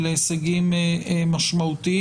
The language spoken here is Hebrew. אלה הישגים משמעותיים.